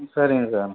சரிங்க சார்